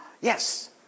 Yes